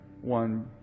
one